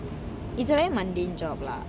it's a very mundane job lah